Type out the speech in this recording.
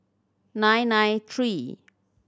nine nine three